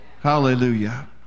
Hallelujah